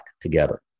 together